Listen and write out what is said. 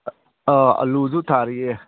ꯑꯥ ꯑꯥꯜꯂꯨꯗꯨ ꯊꯥꯔꯤꯌꯦ